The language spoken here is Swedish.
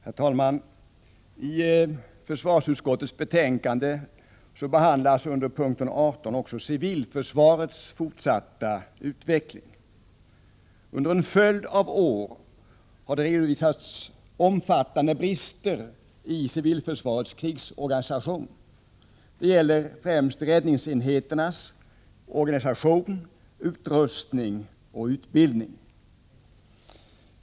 Herr talman! I försvarsutskottets betänkande nr 9 behandlas under punkt 18 civilförsvarets fortsatta utveckling. Under en följd av år har det redovisats omfattande brister i civilförsvarets krigsorganisation. Det gäller främst räddningsenheternas organisation, utrustning och utbildning.